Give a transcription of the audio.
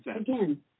Again